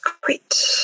Great